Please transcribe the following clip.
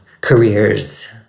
careers